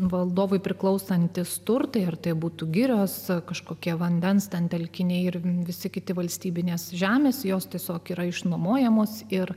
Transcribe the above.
valdovui priklausantys turtai ar tai būtų girios ar kažkokie vandens telkiniai ir visi kiti valstybinės žemės jos tiesiog yra išnuomojamos ir